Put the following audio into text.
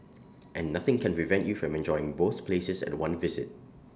and nothing can prevent you from enjoying both places at one visit